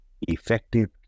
effective